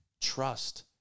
trust